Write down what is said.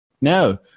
No